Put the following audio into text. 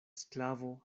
sklavo